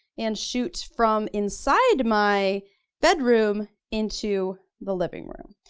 and shoot from inside my bedroom into the living room.